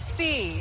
see